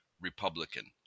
Republican